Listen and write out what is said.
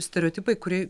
stereotipai kurie